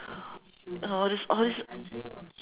all this all this